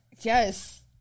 Yes